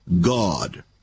God